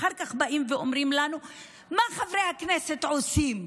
אחר כך באים ואומרים לנו: מה חברי הכנסת עושים?